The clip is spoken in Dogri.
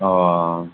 आं